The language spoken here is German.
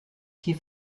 hier